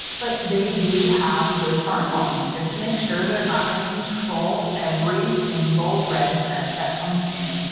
but they do have good farm loans, just make sure they're not gonna control every single red cent that comes in.